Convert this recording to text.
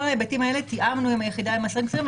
כל ההיבטים האלה תאמנו עם היחידה למאסרים קצרים.